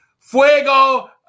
Fuego